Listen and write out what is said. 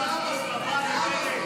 השמאל קיים וחי.